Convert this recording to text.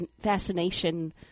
fascination